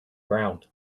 ground